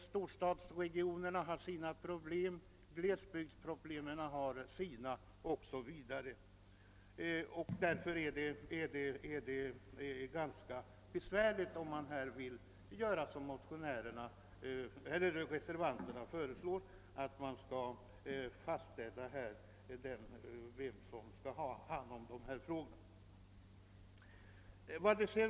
Storstadsregionerna har sina problem, glesbygderna sina problem osv. Det är därför ganska besvärligt att på det sätt reservanterna föreslår fastställa vilka organ som skall ha hand om de frågor det här gäller.